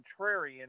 contrarian